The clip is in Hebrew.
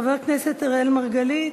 חבר הכנסת אראל מרגלית?